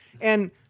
And-